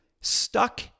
stuck